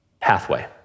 pathway